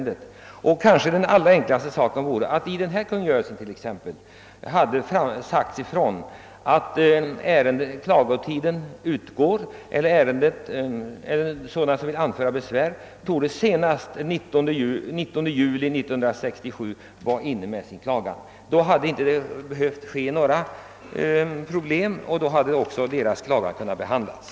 Det allra enklaste hade kanske varit att det hade sagts ifrån, att de som ville anföra besvär skulle göra detta senast den 19 juli 1967. Då hade inga problem behövt uppstå och deras klagan hade också kunnat behandlas.